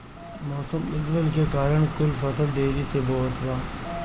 मउसम बदलला के कारण कुल फसल देरी से बोवात बा